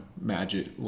magic